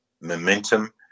momentum